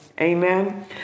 Amen